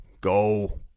go